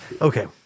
Okay